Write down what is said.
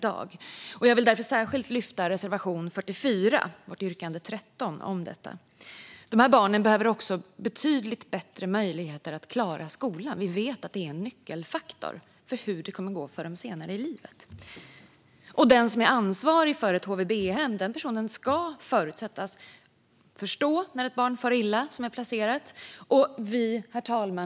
Jag vill därför särskilt lyfta fram reservation 44 och yrkande 13 om detta. Jag yrkar bifall till reservationen. De här barnen behöver också betydligt bättre möjligheter att klara skolan. Vi vet att det är en nyckelfaktor för hur det kommer att gå för dem senare i livet. Den person som är ansvarig för ett HVB-hem ska förutsättas förstå när ett barn som är placerat far illa. Herr talman!